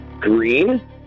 Green